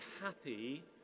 happy